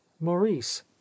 Maurice